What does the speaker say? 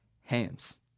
hands